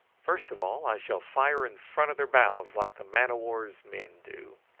first of all, i shall fire in front of their bows like the man-o'-war's men do.